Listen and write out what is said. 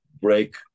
break